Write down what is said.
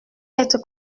être